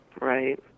Right